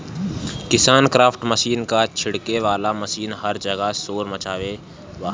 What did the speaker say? KisanKraft machine क छिड़के वाला मशीन हर जगह शोर मचवले बा